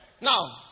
Now